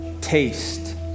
taste